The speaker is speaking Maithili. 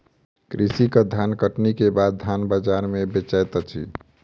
कृषक धानकटनी के बाद धान बजार में बेचैत अछि